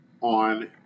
on